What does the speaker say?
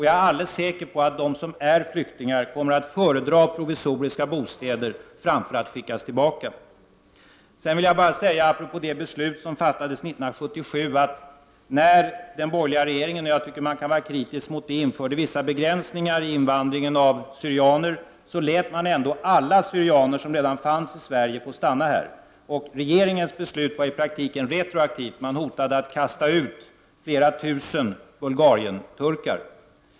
Jag är alldeles säker på att de som är flyktingar kommer att föredra provisoriska bostäder framför att skickas tillbaka. Apropå det beslut som fattades 1977 vill jag bara säga att den borgerliga regeringen, när den införde vissa begränsningar i fråga om invandringen av syrianer — och jag tycker nog att man kan vara kritisk mot denna åtgärd — ändå lät alla syrianer som redan fanns i Sverige få stanna här. Regeringens beslut nu var däremot i praktiken retroaktivt; man hotade att kasta ut flera tusen Bulgarienturkar.